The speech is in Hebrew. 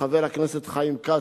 חבר הכנסת חיים כץ,